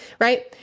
right